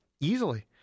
easily